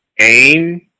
AIM